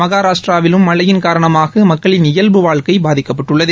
மகாராஷ்டிராவிலும் மழையின் காரணமாக மக்களின் இயல்பு வாழக்கை பாதிக்கப்பட்டுள்ளது